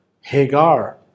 Hagar